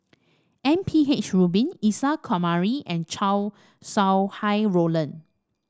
M P H Rubin Isa Kamari and Chow Sau Hai Roland